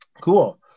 Cool